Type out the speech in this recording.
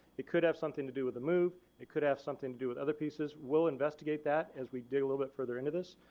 it could have something to do with the move, it could have something to do with other pieces. we will investigate that as we dig a little bit further into this.